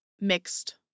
mixed